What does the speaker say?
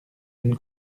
une